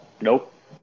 Nope